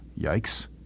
Yikes